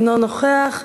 אינו נוכח.